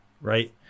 right